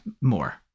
more